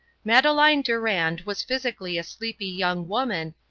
madeleine durand was physically a sleepy young woman,